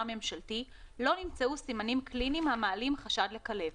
ממשלתי לא נמצאו סימנים קליניים המעלים חשד לכלבת,